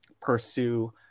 pursue